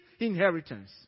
inheritance